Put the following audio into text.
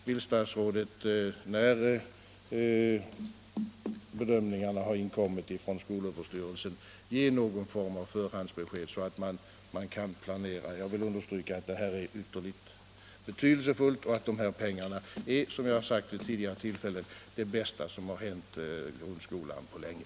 Vill statsrådet sedan bedömningarna har inkommit från skolöverstyrelsen ge någon form av förhandsbesked så att de kan planera? Jag vill understryka att detta är ytterligt betydelsefullt och att dessa pengar, som jag sagt tidigare, är det bästa som hänt grundskolan på länge.